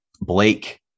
Blake